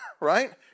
right